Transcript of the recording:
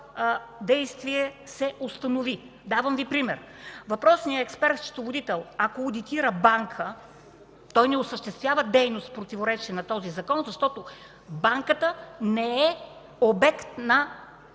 действие се установи. Давам пример: ако въпросният експерт-счетоводител одитира банка, той не осъществява дейност в противоречие на този закон, защото банката не е обект на